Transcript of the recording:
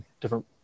different